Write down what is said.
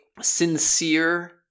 sincere